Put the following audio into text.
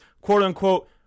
quote-unquote